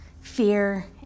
fear